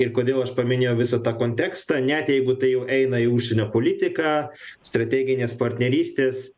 ir kodėl aš paminėjau visą tą kontekstą net jeigu tai jau eina į užsienio politiką strateginės partnerystės